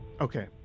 Okay